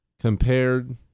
compared